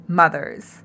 mothers